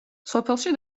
სოფელში